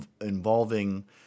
involving